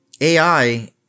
AI